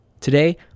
today